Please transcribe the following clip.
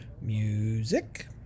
Music